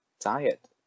diet